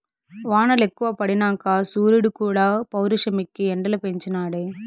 వానలెక్కువ పడినంక సూరీడుక్కూడా పౌరుషమెక్కి ఎండలు పెంచి నాడే